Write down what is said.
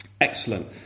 Excellent